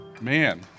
Man